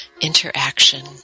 interaction